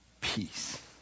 peace